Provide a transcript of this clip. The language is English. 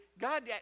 god